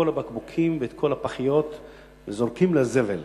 הבקבוקים ואת כל הפחיות וזורקים לזבל.